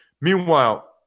Meanwhile